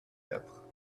quatre